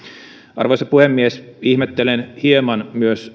arvoisa puhemies ihmettelen hieman myös